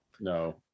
no